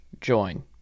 join